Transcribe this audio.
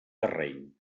terreny